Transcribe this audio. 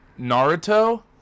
Naruto